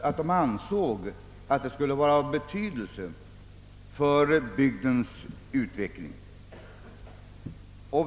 Jo, de ansåg att det skulle vara av betydelse för bygdens utveckling.